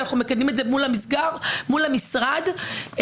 אנחנו מקדמים את זה מול המשרד שלנו,